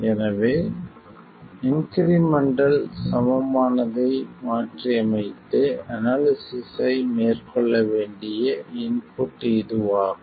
எனவே இன்க்ரிமெண்டல் சமமானதை மாற்றியமைத்து அனாலிசிஸ்ஸை மேற்கொள்ள வேண்டிய இன்புட் இதுவாகும்